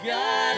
God